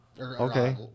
Okay